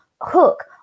hook